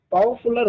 Powerful